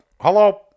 hello